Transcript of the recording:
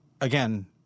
again